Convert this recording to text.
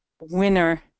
winner